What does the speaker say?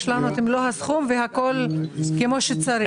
יש לנו את מלוא הסכום והכול כמו שצריך,